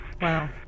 Wow